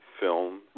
film